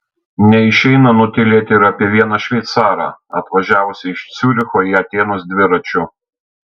neišeina nutylėti ir apie vieną šveicarą atvažiavusį iš ciuricho į atėnus dviračiu